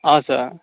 हजुर